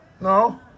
No